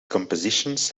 compositions